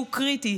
שהוא קריטי.